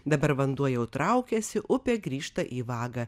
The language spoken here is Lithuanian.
dabar vanduo jau traukiasi upė grįžta į vagą